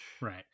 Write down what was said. right